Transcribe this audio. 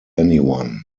anyone